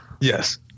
Yes